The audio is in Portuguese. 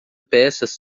peças